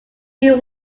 who